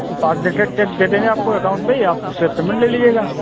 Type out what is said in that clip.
कुछ outdated check दे देंगे आपको एकाउंट से ही आप उससे पेमेंट ले लीजिएगा